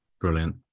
Brilliant